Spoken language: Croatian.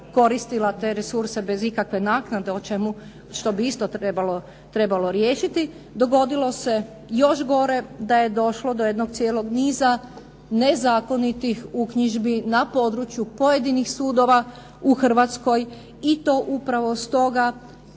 koristila te resurse bez ikakve naknade, što bi isto trebalo riješiti, dogodilo se još gore, da je došlo do jednog cijelog niza nezakonitih uknjižbi na području pojedinih sudova u Hrvatskoj. I to upravo stoga,